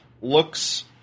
looks